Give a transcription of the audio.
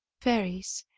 fairies.